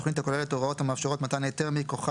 תוכנית הכוללת הוראות המאפשרות מתן היתר מכוחה